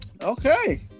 Okay